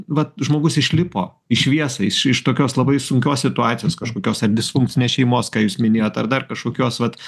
vat žmogus išlipo į šviesą iš iš tokios labai sunkios situacijos kažkokios ar disfunkcinės šeimos ką jūs minėjot ar dar kažkokios vat